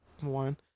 one